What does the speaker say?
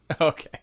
Okay